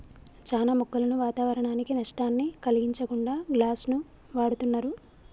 చానా మొక్కలను వాతావరనానికి నష్టాన్ని కలిగించకుండా గ్లాస్ను వాడుతున్నరు